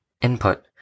input